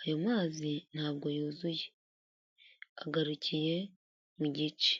ayo mazi ntabwo yuzuye agarukiye mu gice.